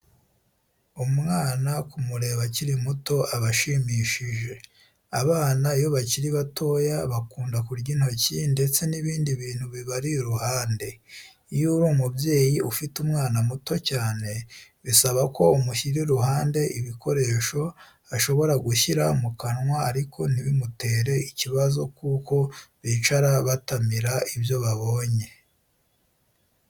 Umwana kumureba akiri muto aba ashimishije. Abana iyo bakiri batoya bakunda kurya intoki ndetse n'ibindi bintu bibari iruhande. Iyo uri umubyeyi ufite umwana muto cyane bisaba ko umushyira iruhande ibikoresho ashobora gushyira mu kanwa ariko ntibimutere ikibazo kuko bicara batamira ibyo babonye.